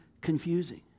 confusing